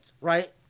right